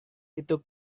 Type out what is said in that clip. itu